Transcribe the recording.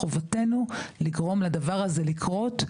חובתנו לגרום לדבר הזה לקרות,